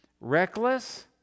Reckless